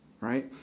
Right